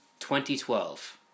2012